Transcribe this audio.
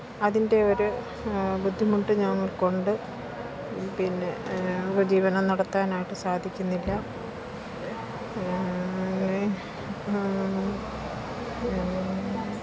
അതിന്റെയൊരു ബുദ്ധിമുട്ട് ഞങ്ങളെക്കൊണ്ട് പിന്നെ ഞങ്ങൾക്ക് ജീവനം നടത്താനായിട്ട് സാധിക്കുന്നില്ല വി